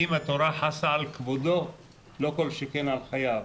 אם התורה חסה על כבודו, לא כל שכן על חייו.